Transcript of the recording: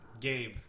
Gabe